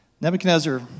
Nebuchadnezzar